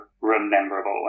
rememberable